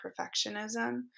perfectionism